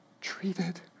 treated